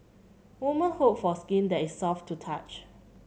woman hope for skin that is soft to the touch